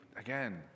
again